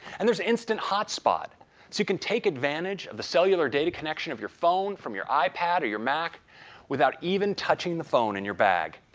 and there's instant hotspot, so you can take advantage of the cellular data connection of your phone from your ipad or your mac without even touching the phone in your bag.